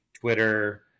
Twitter